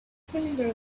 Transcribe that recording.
cylinder